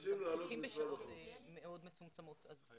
הם גם עובדים בשעות מאוד מצומצמות אז זה